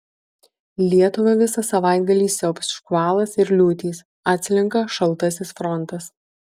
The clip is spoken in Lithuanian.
lietuvą visą savaitgalį siaubs škvalas ir liūtys atslenka šaltasis frontas